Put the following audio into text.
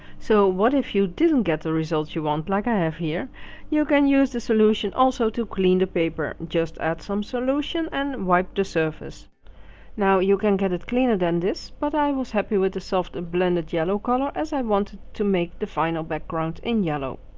so what if you didn't get the result you want like i have here you can use the solution also to clean the paper just add some solution and wipe the surface now you can get it cleaner than this but i was happy with soft blended yellow colour as i wanted to make the final background in yellow